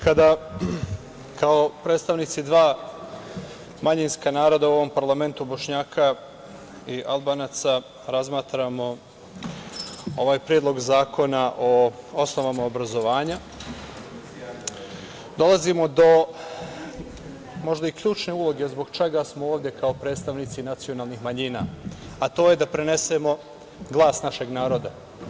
Kada kao predstavnici dva manjinska naroda u ovom parlamentu, Bošnjaka i Albanaca, razmatramo ovaj Predlog zakona o osnovama obrazovanja, dolazimo do možda i ključne uloge zbog čega smo ovde kao predstavnici nacionalnih manjina, a to je da prenesemo glas našeg naroda.